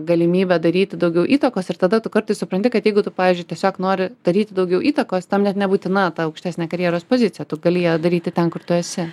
galimybę daryti daugiau įtakos ir tada tu kartais supranti kad jeigu tu pavyzdžiui tiesiog nori daryti daugiau įtakos tam net nebūtina ta aukštesnė karjeros pozicija tu gali ją daryti ten kur tu esi